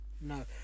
no